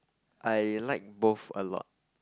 I like both a lot